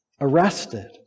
arrested